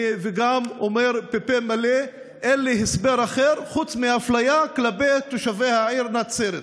אני גם אומר בפה מלא שאין לי הסבר אחר חוץ מאפליה כלפי תושבי העיר נצרת.